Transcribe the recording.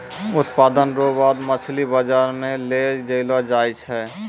उत्पादन रो बाद मछली बाजार मे लै जैलो जाय छै